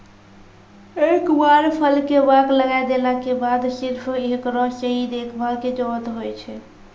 एक बार फल के बाग लगाय देला के बाद सिर्फ हेकरो सही देखभाल के जरूरत होय छै